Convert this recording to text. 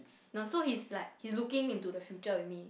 no so he's like he's looking into the future with me